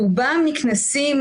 רובם נקנסים,